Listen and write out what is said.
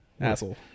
Asshole